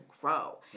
grow